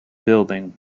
building